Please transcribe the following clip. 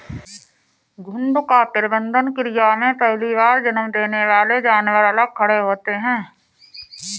झुंड का प्रबंधन क्रिया में पहली बार जन्म देने वाले जानवर अलग खड़े होते हैं